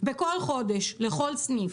חודש לכל סניף.